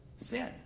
Sin